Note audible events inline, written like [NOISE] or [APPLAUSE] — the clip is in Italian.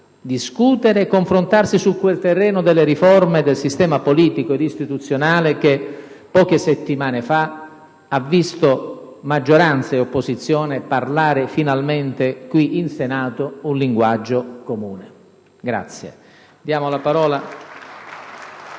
discutere e confrontarsi su quel terreno delle riforme del sistema politico ed istituzionale che poche settimane fa ha visto maggioranza e opposizione parlare finalmente, qui in Senato, un linguaggio comune. [APPLAUSE] Ha facoltà